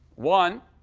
one,